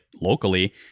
locally